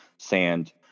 sand